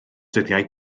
dyddiau